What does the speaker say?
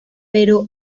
pero